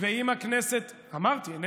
היא עוד לא